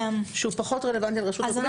שהוא פחות רלוונטי לרשות המקומית.